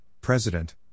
president